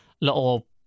little